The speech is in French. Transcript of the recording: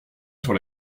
sur